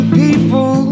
people